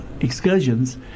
excursions